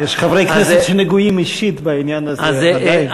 יש חברי כנסת שנגועים אישית בעניין הזה עדיין.